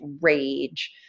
rage